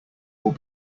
will